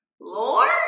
Lord